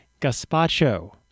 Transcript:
gazpacho